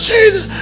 Jesus